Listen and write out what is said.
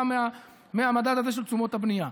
גם מהמדד הזה של תשומות הבנייה.